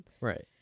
Right